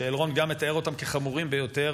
אלרון גם מתאר אותם כחמורים ביותר,